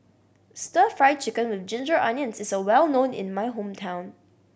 Stir Fried Chicken With Ginger Onions is well known in my hometown